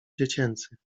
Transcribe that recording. dziecięcych